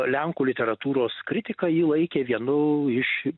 lenkų literatūros kritika jį laikė vienu iš